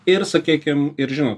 ir sakykim ir žinot